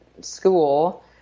school